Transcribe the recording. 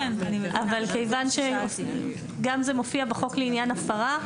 אבל כיוון שגם זה מופיע בחוק לעניין הפרה,